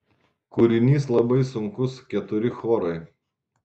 kūrinys labai sunkus keturi chorai